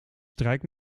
strijk